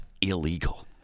illegal